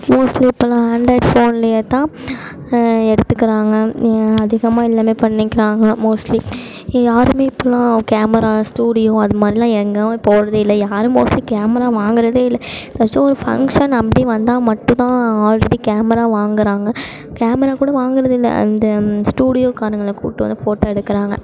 mostly இப்போல்லாம் Android ஃபோன்லேயே தான் எடுத்துக்கிறாங்க அதிகமாக எல்லாம் பண்ணிக்கிறாங்க மோஸ்ட்லி யாரும் இப்போல்லாம் கேமரா ஸ்டூடியோ அது மாதிரிலாம் எங்கேயுமே போகிறதே இல்லை யாரும் மோஸ்ட்லி கேமரா வாங்குறதே இல்லை எதாச்சும் ஒரு ஃபங்க்ஷன் அப்படி வந்தால் மட்டும் தான் ஆல்ரெடி கேமரா வாங்குறாங்க கேமராக்கூட வாங்குறது இல்லை அந்த ஸ்டூடியோக்காரங்களை கூட்டு வந்து ஃபோட்டோ எடுக்கிறாங்க